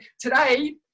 today